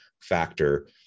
factor